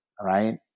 right